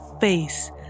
face